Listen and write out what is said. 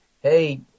Hey